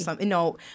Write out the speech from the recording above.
No